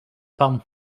pan